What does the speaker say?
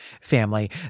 family